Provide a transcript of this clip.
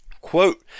Quote